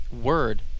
word